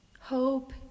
Hope